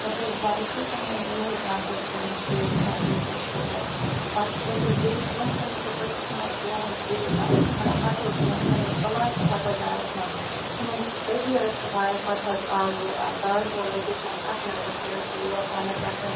یَتھ حظ بایکہِ تٕمٔے یِمٔے زیادٕ حظ پیٚے مےٚ فیس کَرٕنۍ یِم اِشوٗ حظ پَتہٕ پٔچس بیٚیہِ برٛونٛہہ کن یُتھُے پٔچِس نَہ حظ گوٚو حظ بیٚیہِ بایِک خراب پَتہٕ حظ دوٚپ مےٚ ژھٕنُس بلاے تہٕ پَتہٕ حظ آیَس بہٕ ژھٕنم سۄ تٔتی حظ سۄ بایِک پَتہٕ حظ آو یور گاڑِ وول اکھ دیٛتمَس اَتھہٕ مےٚ دوٚپمَس مےٚ حظ چھُ یور تانۍ گَژھُن